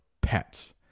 pets